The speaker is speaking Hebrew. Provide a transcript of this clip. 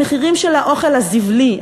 המחירים של האוכל הזבלי,